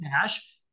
cash